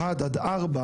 אחת עד ארבע